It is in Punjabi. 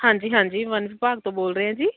ਹਾਂਜੀ ਹਾਂਜੀ ਵਣ ਵਿਭਾਗ ਤੋਂ ਬੋਲ ਰਹੇ ਹਾਂ ਜੀ